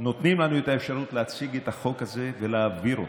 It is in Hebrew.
נותנים לנו את האפשרות להציג את החוק הזה ולהעביר אותו: